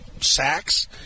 sacks